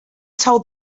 told